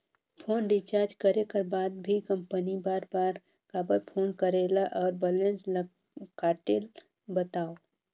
Phone recharge करे कर बाद भी कंपनी बार बार काबर फोन करेला और बैलेंस ल काटेल बतावव?